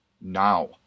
now